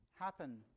happen